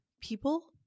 people